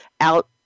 out